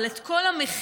אבל את כל המחירים